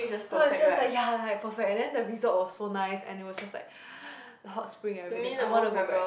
is just like ya like perfect and then the resort was so nice and it was just like the hot spring and everything I wanna go back